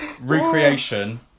recreation